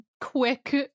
quick